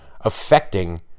affecting